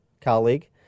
colleague